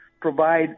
provide